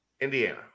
Indiana